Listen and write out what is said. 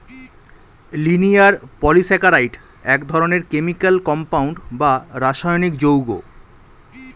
linear polysaccharide এক ধরনের chemical compound বা রাসায়নিক যৌগ